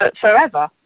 forever